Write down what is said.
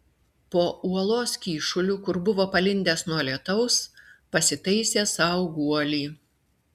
po uolos kyšuliu kur buvo palindęs nuo lietaus pasitaisė sau guolį